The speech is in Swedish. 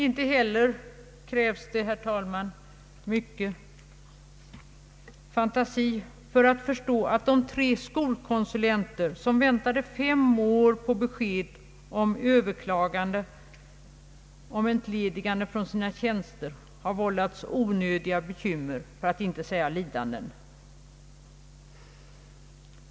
Inte heller krävs det, herr talman, mycken fantasi för att förstå att de tre skolkonsulenter, som väntade fem år på besked om överklaganden av entlediganden från sina tjänster, har vållats onödiga bekymmer för att inte säga lidanden.